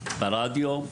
ברדיו,